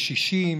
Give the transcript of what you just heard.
קשישים